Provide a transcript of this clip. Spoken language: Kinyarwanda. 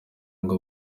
ngo